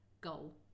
goal